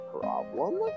problem